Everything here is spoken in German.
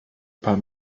paar